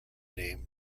name